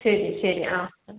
ശരി ശരി ആ ആ